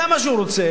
כמה שהוא רוצה,